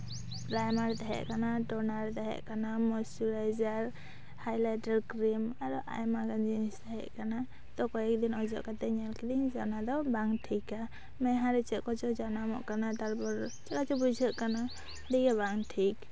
primer ᱛᱟᱦᱮᱸᱠᱟᱱᱟ toner ᱛᱟᱦᱮᱸᱠᱟᱱᱟ moisturiser highlighter cream ᱟᱨᱚ ᱟᱭᱢᱟ ᱜᱟᱱ ᱡᱤᱱᱤᱥ ᱛᱟᱦᱮᱸᱠᱟᱱᱟ ᱛᱚ ᱠᱚᱭᱮᱠ ᱫᱤᱱ ᱚᱡᱚᱜ ᱠᱟᱛᱮ ᱧᱮᱞ ᱠᱤᱫᱟᱹᱧ ᱡᱮ ᱚᱱᱟ ᱫᱚ ᱵᱟᱝ ᱴᱷᱤᱠᱟ ᱢᱮᱸᱫᱼᱟᱦᱟ ᱨᱮ ᱪᱮᱫ ᱠᱚᱪᱚ ᱡᱟᱱᱟᱢᱚᱜ ᱠᱟᱱᱟ ᱛᱟᱨᱯᱚᱨ ᱪᱮᱫ ᱞᱮᱠᱟ ᱪᱚ ᱵᱩᱡᱷᱟᱹᱜ ᱠᱟᱱᱟ ᱟᱹᱰᱤ ᱜᱮ ᱵᱟᱝ ᱴᱷᱤᱠ